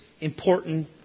important